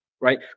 Right